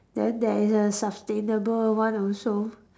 then there is a sustainable one also